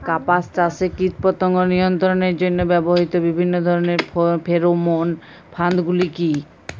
কাপাস চাষে কীটপতঙ্গ নিয়ন্ত্রণের জন্য ব্যবহৃত বিভিন্ন ধরণের ফেরোমোন ফাঁদ গুলি কী?